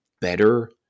better